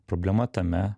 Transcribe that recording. problema tame